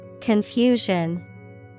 Confusion